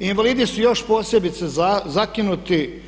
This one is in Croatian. Invalidi su još posebice zakinuti